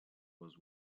was